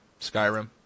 Skyrim